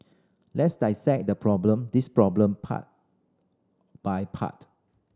let's dissect the problem this problem part by part